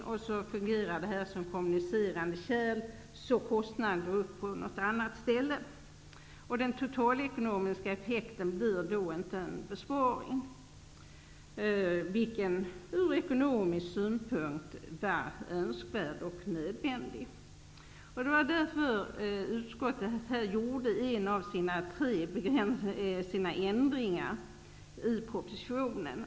Kostnaderna fungerar dock som kommunicerande kärl, så att de i stället går upp på något annat ställe. Den totalekonomiska effekten blir då inte en besparing, vilken ur ekonomisk synpunkt skulle vara önskvärd och nödvändig. Mot denna bakgrund gjorde utskottet ett av sina tre ändringsförslag i förhållande till propositionen.